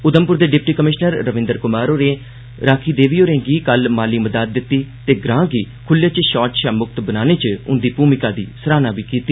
उधमपुर दे deputy commissioner Ravindra Kumar होरें राखी देवी होरें गी कल माली मदाद दित्ती ते ग्रांऽ गी खुल्ले च शौच शा मुक्त बनाने च उंदी भूमिका दी सराहना बी कीती